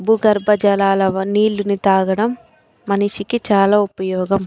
భూగర్భ జలాల నీళ్ళని తాగడం మనిషికి చాలా ఉపయోగం